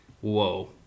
whoa